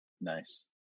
Nice